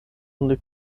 only